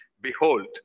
behold